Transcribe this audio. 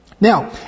Now